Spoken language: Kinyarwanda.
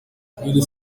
cyangwa